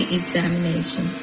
examination